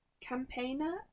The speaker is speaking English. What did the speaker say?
campaigner